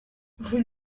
rue